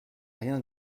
rien